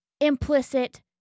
implicit